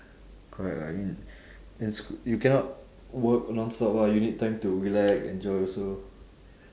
correct lah in in sch~ you cannot work non-stop ah you need time to relax enjoy also